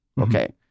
Okay